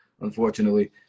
unfortunately